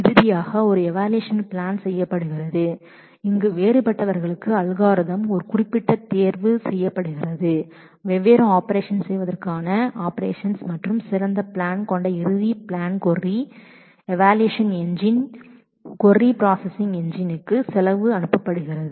இறுதியாக ஒரு evaluation plan செய்யப்படுகிறது அங்கு வேறுபட்ட அல்கோரிதம் குறிப்பிட்ட தேர்வு செய்யப்படுகிறது வெவ்வேறு ஆப்பரேஷன்ஸ் செய்வதற்கான ஆப்பரேஷன்ஸ் மற்றும் சிறந்த பிளான் கொண்ட இறுதித் plan query evaluation engine query processing என்ஜின்க்கு செலவு அனுப்பப்படுகிறது